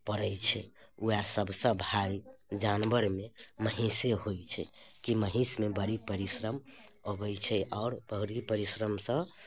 पड़ैत छै उएह सभसँ भारी जानवरमे महीँसे होइत छै कि महीँसमे बड़ी परिश्रम अबैत छै आओर बड़ी परिश्रमसँ